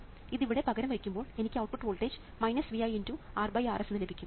ഇത് ഇവിടെ പകരം വയ്ക്കുമ്പോൾ എനിക്ക് output voltage Vi x RRs എന്ന് ലഭിക്കും